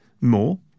More